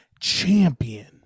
champion